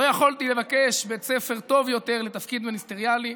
לא יכולתי לבקש בית ספר טוב יותר לתפקיד מיניסטריאלי.